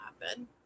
happen